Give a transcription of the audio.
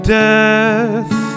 death